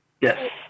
Yes